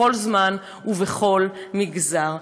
בכל זמן ובכל מגזר.